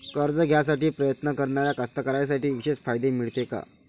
कर्ज घ्यासाठी प्रयत्न करणाऱ्या कास्तकाराइसाठी विशेष फायदे मिळते का?